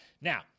Now